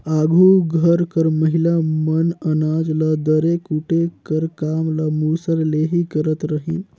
आघु घर कर महिला मन अनाज ल दरे कूटे कर काम ल मूसर ले ही करत रहिन